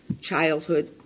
childhood